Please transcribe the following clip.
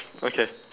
okay